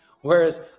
whereas